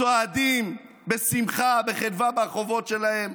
צועדים, בשמחה, בחדווה ברחובות שלהם.